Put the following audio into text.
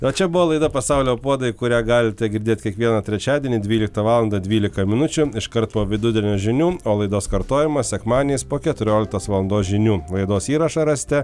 o čia buvo laida pasaulio puodai kurią galite girdėt kiekvieną trečiadienį dvyliktą valandą dvylika minučių iškart po vidudienio žinių o laidos kartojimas sekmadieniais po keturioliktos valandos žinių laidos įrašą rasite